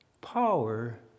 power